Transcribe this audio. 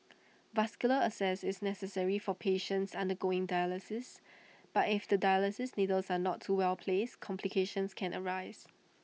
vascular access is necessary for patients undergoing dialysis but if the dialysis needles are not well placed complications can arise